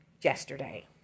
yesterday